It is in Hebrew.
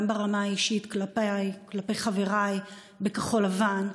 גם ברמה האישית כלפיי וכלפי חבריי בכחול לבן,